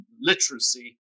literacy